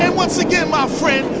and once again, my friend,